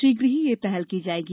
शीघ्र ही यह पहल की जाएगी